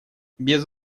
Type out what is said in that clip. без